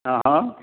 હા હા